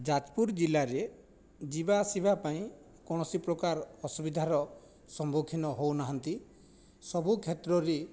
ଯାଜପୁର ଜିଲ୍ଲାରେ ଯିବା ଆସିବା ପାଇଁ କୌଣସି ପ୍ରକାର ଅସୁବିଧାର ସମ୍ମୁଖୀନ ହେଉ ନାହାନ୍ତି ସବୁ କ୍ଷେତ୍ରରେ